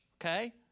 okay